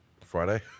Friday